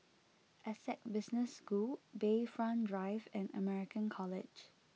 Essec Business School Bayfront Drive and American College